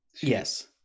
Yes